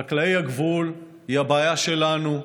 חקלאי הגבול, היא בעיה שלנו.